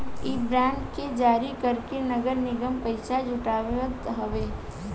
इ बांड के जारी करके नगर निगम पईसा जुटावत हवे